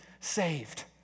saved